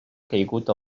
caigut